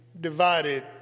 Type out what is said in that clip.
divided